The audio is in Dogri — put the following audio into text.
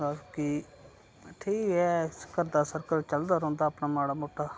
ते बाकी ठीक ऐ घर दा सर्कल चलदा रौंह्दा अपना माड़ा मुट्टा